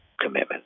Commitment